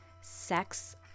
sex